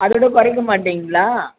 அதோடு படிக்க மாட்டீங்களா